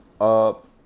up